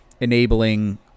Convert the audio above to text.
enabling